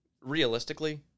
realistically